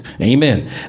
Amen